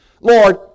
Lord